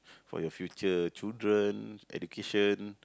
for your future children education